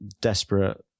desperate